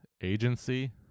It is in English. agency